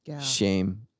shame